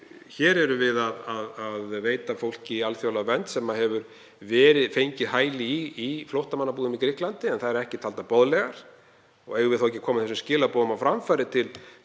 Hér erum við að veita fólki alþjóðlega vernd sem hefur fengið hæli í flóttamannabúðum í Grikklandi en þær eru ekki taldar boðlegar. Eigum við þá ekki að koma þessum skilaboðum á framfæri til